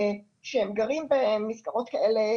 שהם גרים במסגרות כאלה,